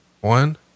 One